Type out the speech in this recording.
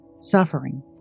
suffering